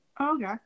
Okay